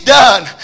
done